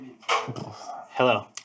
Hello